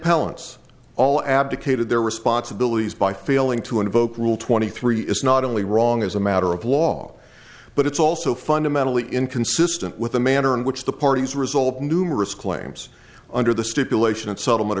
appellant's all abdicated their responsibilities by failing to invoke rule twenty three is not only wrong as a matter of law but it's also fundamentally inconsistent with the manner in which the parties result in numerous claims under the stipulation of settlement